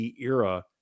era